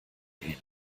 ähnlich